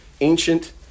ancient